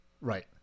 Right